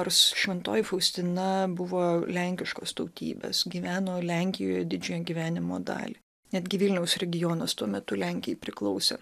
nors šventoji faustina buvo lenkiškos tautybės gyveno lenkijoj didžiąją gyvenimo dalį netgi vilniaus regionas tuo metu lenkijai priklausė